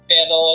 Pero